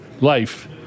life